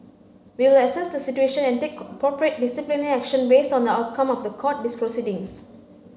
we will assess the situation and take appropriate disciplinary action based on the outcome of the court proceedings